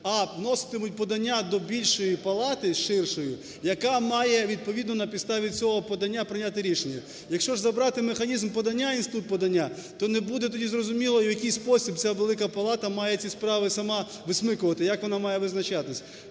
а вноситимуть подання до більшої палати, ширшої, яка має відповідно на підставі цього подання прийняти рішення. Якщо ж забирати механізм подання, інститут подання, то не буде тоді зрозуміло, в який спосіб ця Велика Палата має ці справи сама висмикувати, як вона має визначатись.